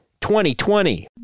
2020